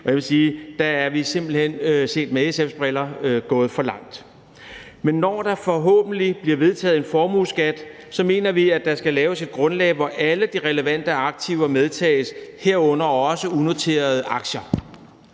og jeg vil sige, at der er vi simpelt hen set med SF's briller gået for langt. Men når der forhåbentlig bliver vedtaget en formueskat, mener vi, at der skal laves et grundlag, hvor alle de relevante aktiver medtages, herunder også unoterede aktier.